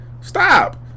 Stop